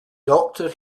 doctor